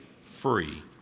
free